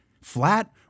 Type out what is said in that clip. flat